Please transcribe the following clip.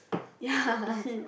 ya